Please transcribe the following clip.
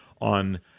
on